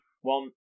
One